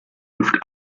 luft